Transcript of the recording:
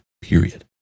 period